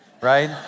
right